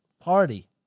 party